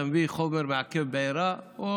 אתה מביא חומר מעכב בעירה או